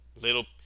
little